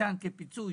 שניתן כפיצוי,